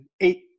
eight